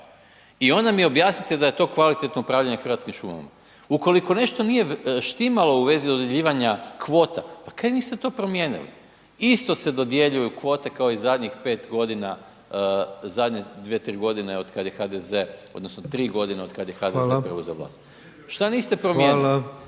I onda mi objasnite da je to kvalitetno upravljanje hrvatskim šumama. Ukoliko nešto nije štimalo u vezi dodjeljivanja kvota, pa kaj niste to promijenili? Isto se dodjeljuju kvote kao i zadnjih 5 g., zadnje 2, 3 g. otkad je HDZ odnosno 3 g. otkad je HDZ preuzeo vlast. Šta niste promijenili?